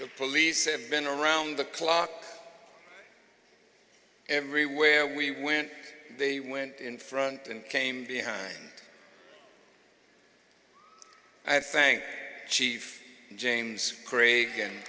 the police and been around the clock everywhere we went they went in front and came behind i thank chief james craig and